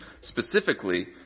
specifically